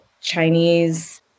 Chinese